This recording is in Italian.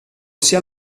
sia